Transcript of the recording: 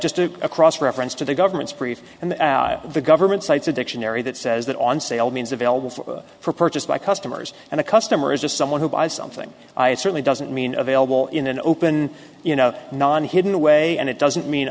just to a cross reference to the government's brief and the government cites a dictionary that says that on sale means available for purchase by customers and the customer is just someone who buys something i certainly doesn't mean available in an open you know non hidden away and it doesn't mean